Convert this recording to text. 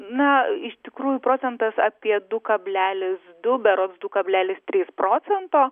na iš tikrųjų procentas apie du kablelis du berods du kablelis trys procento